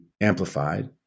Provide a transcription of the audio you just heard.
amplified